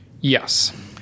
yes